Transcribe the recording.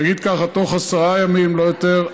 נגיד ככה, בתוך עשרה ימים, לא יותר.